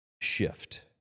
shift